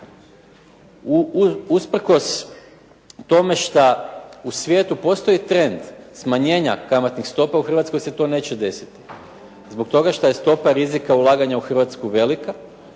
usprkos tome što u svijetu postoji trend smanjenja kamatnih stopa u Hrvatskoj se to neće desiti zbog toga što je stopa rizika ulaganja u Hrvatsku velika